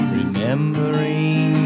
remembering